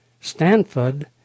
Stanford